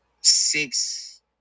Six